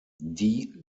die